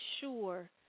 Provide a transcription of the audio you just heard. sure